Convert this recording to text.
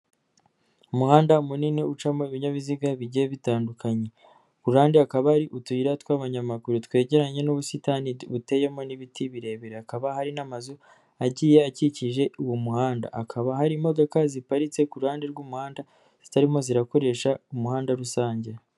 Umuhanda munini ucamo ibinyabiziga bigiye bitandukanye, ku ruhande hakaba haari utuyira tw'abanyamaguru, twegeranye n'ubusitani buteyemo n'ibiti birebire, hakaba hari n'amazu agiye akikije uwo muhanda, hakaba hari imodoka ziparitse ku ruhande rw'umuhanda zitarimo zirakoresha umuhanda rusange.